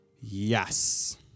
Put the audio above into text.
yes